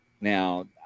Now